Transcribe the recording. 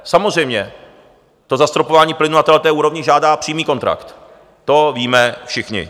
Samozřejmě to zastropování plynu na této úrovni žádá přímý kontrakt, to víme všichni.